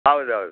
ಹೌದು ಹೌದು